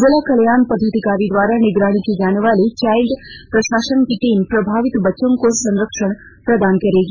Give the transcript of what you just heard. जिला कल्याण पदाधिकारी द्वारा निगरानी की जाने वाली चाइल्ड प्रशासन की टीम प्रभावित बच्चों को संरक्षण प्रदान करेगी